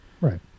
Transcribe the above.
Right